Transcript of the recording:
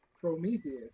Prometheus